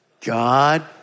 God